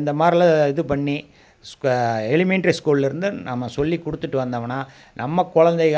இந்தமாதிரிலாம் இதுபண்ணி எலிமென்ட்ரி ஸ்கூலிலருந்து நம்ம சொல்லிக் கொடுத்துட்டு வந்தோம்னா நம்ம குழந்தைக